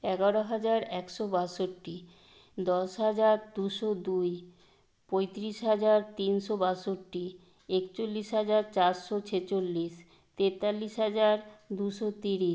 এগারো হাজার একশো বাষট্টি দশ হাজার দুশো দুই পঁয়তিরিশ হাজার তিনশো বাষট্টি একচল্লিশ হাজার চারশো ছেচল্লিশ তেতাল্লিশ হাজার দুশো তিরিশ